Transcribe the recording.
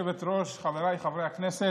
מדינה אחת,